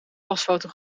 pasfoto